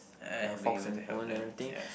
ah he'll be able to help them ya